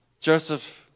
Joseph